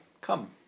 come